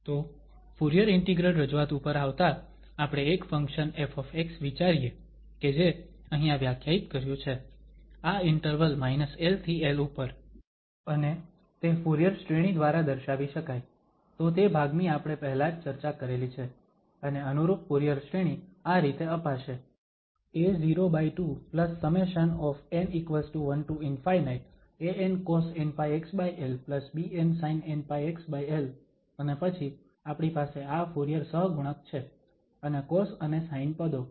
તો Fourier integral રજૂઆત ઉપર આવતા આપણે એક ફંક્શન ƒ વિચારીએ કે જે અહીંયા વ્યાખ્યાયિત કર્યું છે આ ઇન્ટરવલ ll ઉપર અને તે ફુરીયર શ્રેણી દ્વારા દર્શાવી શકાય તો તે ભાગની આપણે પહેલા જ ચર્ચા કરેલી છે અને અનુરૂપ ફુરીયર શ્રેણી આ રીતે અપાશે a02∑ ancosnπxl bnsinnπxl n1 થી ∞ અને પછી આપણી પાસે આ ફુરીયર સહગુણક છે અને કોસ અને સાઇન પદો